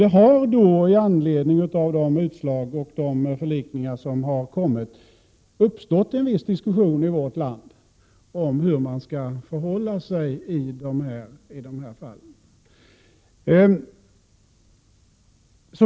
Det har då med anledning av de utslag och förlikningar som gjorts i vårt land uppstått en viss diskussion om hur man skall förhålla sig i de här fallen.